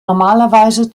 normalerweise